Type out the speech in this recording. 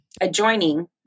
adjoining